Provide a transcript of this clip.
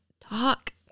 talk